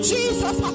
Jesus